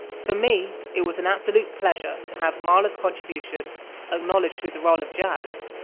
for me it was an absolute pleasure to have mala's contribution acknowledged through the role of jas,